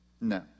No